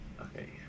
Okay